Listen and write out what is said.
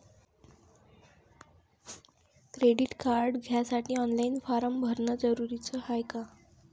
Credit card घ्यासाठी online form भरन जरुरीच हाय का?